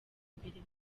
mbere